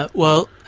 but well,